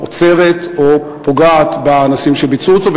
עוצרת או פוגעת באנשים שביצעו אותו.